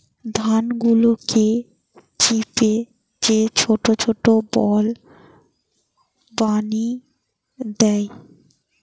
ধান গুলাকে চিপে যে ছোট ছোট বল বানি দ্যায়